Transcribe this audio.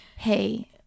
hey